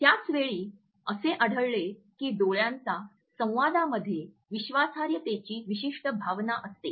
त्याच वेळी असे आढळले की डोळ्यांचा संवादामध्ये विश्वासार्हतेची विशिष्ट भावना असते